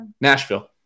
Nashville